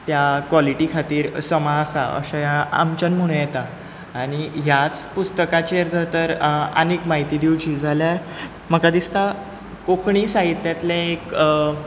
त्या कोलिटी खातीर समा आसा अशें आमच्यान म्हणूं येता आनी ह्याच पुस्तकाचेर जर तर आनीक माहिती दिवची जाल्यार म्हाका दिसता कोंकणी साहित्यातलें एक